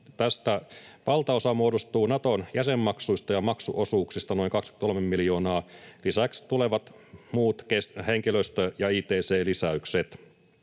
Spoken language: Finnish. Tästä valtaosa muodostuu Naton jäsenmaksuista ja maksuosuuksista, noin 23 miljoonaa. Lisäksi tulevat muut, henkilöstö‑ ja ict-lisäykset.